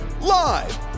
live